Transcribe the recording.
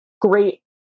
great